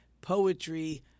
poetry